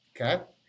okay